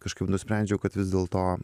kažkaip nusprendžiau kad vis dėlto